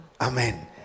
Amen